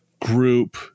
group